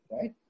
right